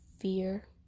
fear